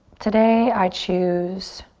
today i choose